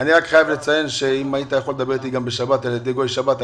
אני חייב לציין שאם היית יכול לדבר אתי בשבת על ידי גוי של שבת,